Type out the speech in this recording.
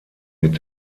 mit